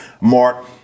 mark